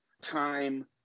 time